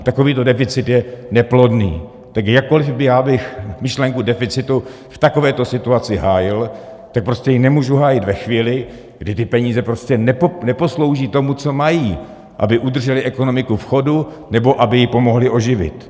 Takovýto deficit je neplodný, tak jakkoliv já bych myšlenku deficitu v takovéto situaci hájil, tak prostě ji nemůžu hájit ve chvíli, kdy ty peníze prostě neposlouží tomu, co mají, aby udržely ekonomiku v chodu nebo aby ji pomohly oživit.